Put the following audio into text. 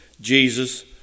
Jesus